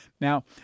Now